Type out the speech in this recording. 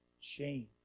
shame